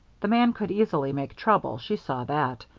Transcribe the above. the man could easily make trouble, she saw that.